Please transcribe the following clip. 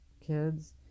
kids